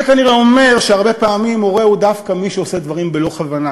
זה כנראה אומר שהרבה פעמים מורה הוא דווקא מי שעושה דברים בלא כוונה.